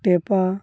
ଟେପା